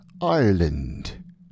Ireland